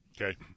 Okay